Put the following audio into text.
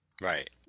Right